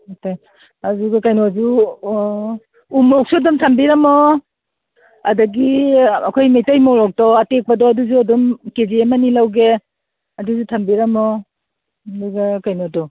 ꯑꯗꯨꯒ ꯀꯩꯅꯣꯁꯨ ꯎ ꯃꯣꯔꯣꯛꯁꯨ ꯑꯗꯨꯝ ꯊꯝꯕꯤꯔꯝꯃꯣ ꯑꯗꯒꯤ ꯑꯩꯈꯣꯏ ꯃꯩꯇꯩ ꯃꯣꯔꯣꯛꯇꯣ ꯑꯇꯦꯛꯄꯗꯣ ꯑꯗꯨꯁꯨ ꯑꯗꯨꯝ ꯀꯦ ꯖꯤ ꯑꯃꯅꯤ ꯂꯧꯒꯦ ꯑꯗꯨꯁꯨ ꯊꯝꯕꯤꯔꯝꯃꯣ ꯑꯗꯨꯒ ꯀꯩꯅꯣꯗꯣ